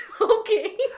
okay